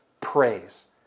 praise